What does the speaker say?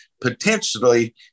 potentially